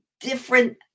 different